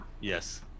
Yes